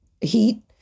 heat